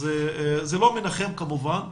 זה לא מנחם כמובן,